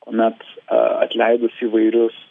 kuomet atleidus įvairius